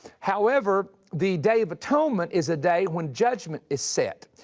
however, the day of atonement is a day when judgment is set.